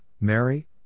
Mary